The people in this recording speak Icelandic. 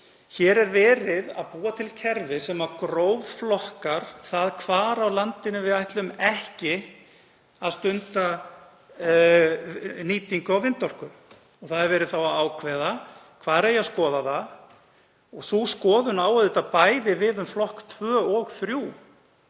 Hér er verið að búa til kerfi sem grófflokkar það hvar á landinu við ætlum ekki að stunda nýtingu á vindorku og verið að ákveða hvar eigi að skoða það. Sú skoðun á auðvitað bæði við um flokka 2 og 3.